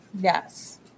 yes